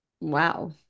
Wow